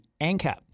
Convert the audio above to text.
anchor